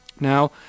Now